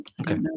Okay